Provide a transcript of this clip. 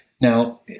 Now